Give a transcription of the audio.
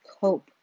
cope